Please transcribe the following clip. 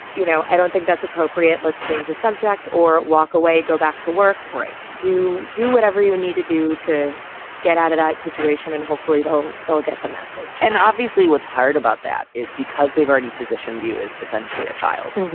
you know, i don't think that's appropriate. let's change the subject or walk away. go back to work. right. do do whatever you need to do to get out of that situation. and hopefully they'll they'll get the message and obviously what's hard about that is because they've already positioned you is essentially a child.